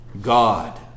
God